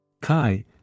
Kai